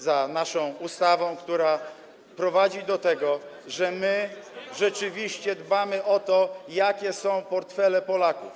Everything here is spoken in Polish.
Za naszą ustawą, która prowadzi do tego, że rzeczywiście dbamy o to, jakie są portfele Polaków.